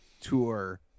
tour